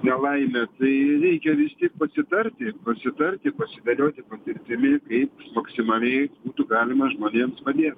nelaimė tai reikia tiek pasitarti pasitarti pasidėlioti patirtimi kaip maksimaliai būtų galima žmonėms padėt